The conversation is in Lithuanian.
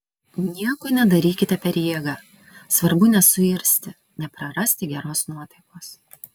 nieko nedarykite per jėgą svarbu nesuirzti neprarasti geros nuotaikos